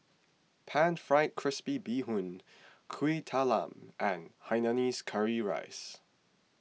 Pan Fried Crispy Bee Hoon Kueh Talam and Hainanese Curry Rice